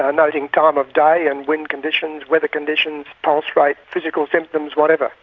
ah noting time of day and wind conditions, weather conditions, pulse rate, physical symptoms, whatever.